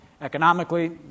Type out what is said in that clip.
economically